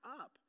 up